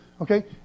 Okay